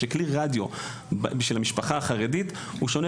כך שכלי רדיו בשביל המשפחה החרדית הוא שונה